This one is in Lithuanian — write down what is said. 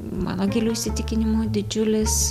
mano giliu įsitikinimu didžiulis